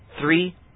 three